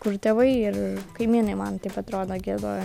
kur tėvai ir kaimynai man taip atrodo giedojo